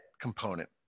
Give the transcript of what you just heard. component